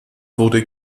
wurde